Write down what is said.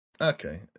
Okay